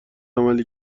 عملی